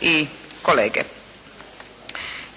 i kolege.